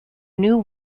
new